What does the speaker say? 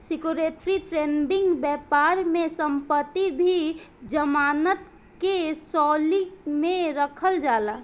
security trading बैपार में संपत्ति भी जमानत के शैली में रखल जाला